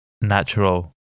natural